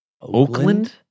Oakland